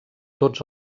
tots